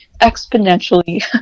exponentially